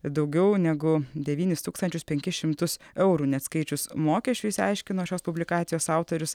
daugiau negu devynis tūkstančius penkis šimtus eurų neatskaičius mokesčių išsiaiškino šios publikacijos autorius